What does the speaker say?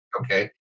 okay